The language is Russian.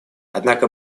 однако